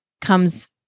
comes